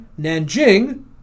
Nanjing